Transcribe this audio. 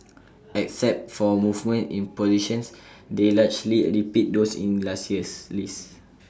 except for movements in positions they largely repeat those in last year's list